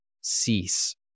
cease